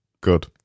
Good